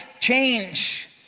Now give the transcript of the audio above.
change